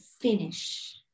finish